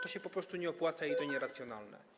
To się po prostu nie opłaca i jest nieracjonalne.